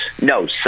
No